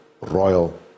royal